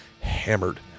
hammered